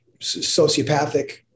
sociopathic